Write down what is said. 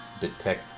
detect